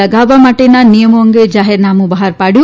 લગાવવા માટેના નિયમો અંગે જાહેરનામું બહાર પાડ્યું